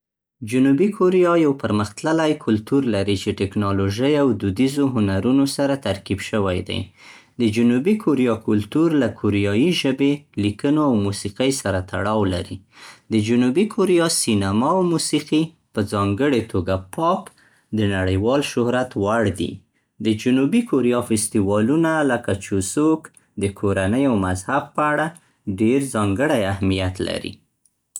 جنوبي کوریا یو پرمختللی کلتور لري چې ټیکنالوژۍ او دودیزو هنرونو سره ترکیب شوی دی. د جنوبي کوریا کلتور له کوریایي ژبې، لیکنو او موسیقۍ سره تړاو لري. د جنوبي کوریا سینما او موسیقي، په ځانګړې توګه پاپ، د نړیوال شهرت وړ دي. د جنوبي کوریا فستیوالونه لکه چوسوک د کورنۍ او مذهب په اړه ډیر ځانګړی اهمیت لري.